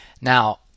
Now